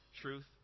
truth